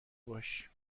باش